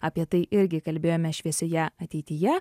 apie tai irgi kalbėjome šviesioje ateityje